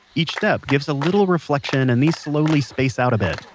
each step gives a little reflection and these slowly space out a bit,